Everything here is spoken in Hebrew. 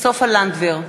סופה לנדבר,